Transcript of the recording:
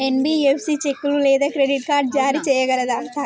NBFC చెక్కులు లేదా credit card జారీ చేయగలదా?